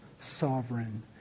sovereign